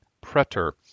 preter